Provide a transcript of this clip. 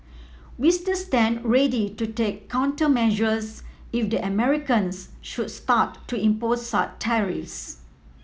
we still stand ready to take countermeasures if the Americans should start to impose such tariffs